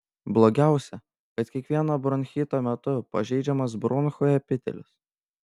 blogiausia kad kiekvieno bronchito metu pažeidžiamas bronchų epitelis